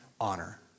honor